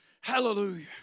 Hallelujah